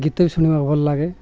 ଗୀତ ଶୁଣିବାକୁ ଭଲ ଲାଗେ